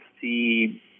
see